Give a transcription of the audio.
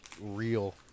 real